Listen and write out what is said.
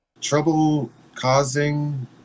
trouble-causing